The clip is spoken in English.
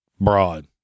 broad